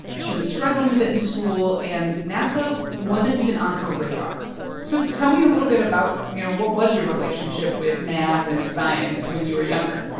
she was struggling a bit in school, and nasa wasn't even on her radar so tell me a little bit about you know, what was your relationship with math and science when you were younger?